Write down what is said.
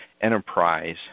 enterprise